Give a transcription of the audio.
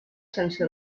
sense